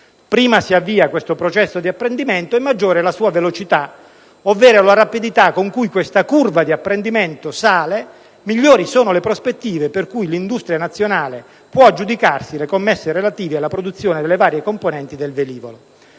Prima si avvia questo processo di apprendimento e maggiore è la sua velocità (ovvero la rapidità con cui questa curva di apprendimento sale), migliori sono le prospettive per cui l'industria nazionale può aggiudicarsi le commesse relative alla produzione delle varie componenti del velivolo.